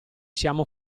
siamo